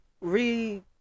re